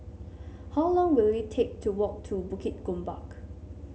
how long will it take to walk to Bukit Gombak